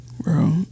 Bro